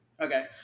Okay